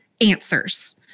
answers